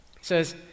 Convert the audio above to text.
says